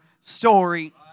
story